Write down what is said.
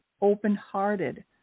open-hearted